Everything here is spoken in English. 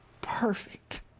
perfect